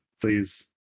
please